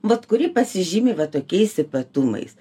vat kuri pasižymi va tokiais ypatumais